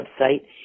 website